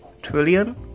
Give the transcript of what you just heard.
trillion